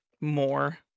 more